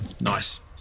Nice